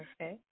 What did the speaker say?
Okay